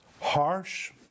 harsh